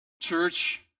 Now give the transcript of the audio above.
Church